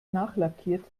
nachlackiert